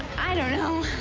i don't know.